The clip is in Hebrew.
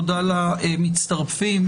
תודה למצטרפים,